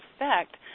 effect